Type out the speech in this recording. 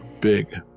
Big